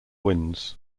wins